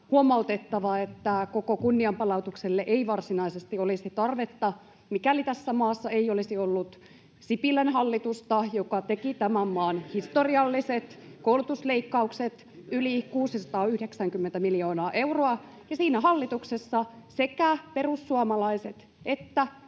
huomautettava, että koko kunnianpalautukselle ei varsinaisesti olisi tarvetta, mikäli tässä maassa ei olisi ollut Sipilän hallitusta, [Ari Koponen: Edellinen jäi välistä!] joka teki tämän maan historialliset koulutusleikkaukset, yli 690 miljoonaa euroa, ja siinä hallituksessa sekä perussuomalaiset että